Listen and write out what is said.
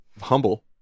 Humble